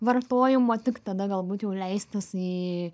vartojimo tik tada galbūt jau leistis į